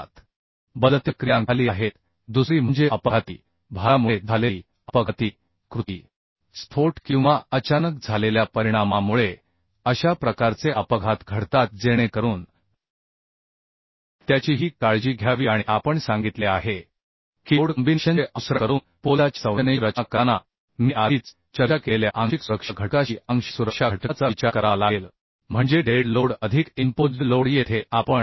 तर हे बदलत्या क्रियांखाली आहेत दुसरी म्हणजे अपघाती भारामुळे झालेली अपघाती कृती स्फोट किंवा अचानक झालेल्या परिणामामुळे अशा प्रकारचे अपघात घडतात जेणेकरून त्याचीही काळजी घ्यावी आणि आपण सांगितले आहे की लोड कॉम्बिनेशनचे अनुसरण करून पोलादाच्या संरचनेची रचना करताना मी आधीच चर्चा केलेल्या आंशिक सुरक्षा घटकाशी आंशिक सुरक्षा घटकाचा विचार करावा लागेल म्हणजे डेड लोड अधिक इंपोज्ड लोड येथे आपण 1